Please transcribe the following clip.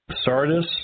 sardis